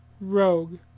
Rogue